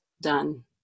done